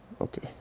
Okay